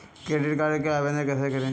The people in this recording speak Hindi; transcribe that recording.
क्रेडिट कार्ड के लिए आवेदन कैसे करें?